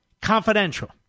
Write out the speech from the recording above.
confidential